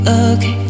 okay